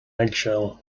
eggshell